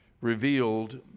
revealed